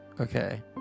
okay